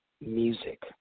music